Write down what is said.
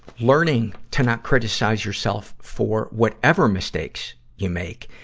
learning to not criticize yourself for whatever mistakes you make.